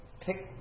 pick